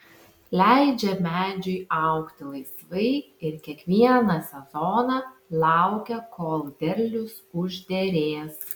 leidžia medžiui augti laisvai ir kiekvieną sezoną laukia kol derlius užderės